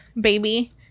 baby